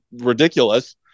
ridiculous